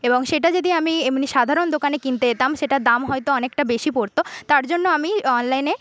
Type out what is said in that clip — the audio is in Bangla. এবং সেটা যদি আমি এমনি সাধারণ দোকানে কিনতে যেতাম সেটার দাম হয়তো অনেকটা বেশি পড়ত তার জন্য আমি অনলাইনে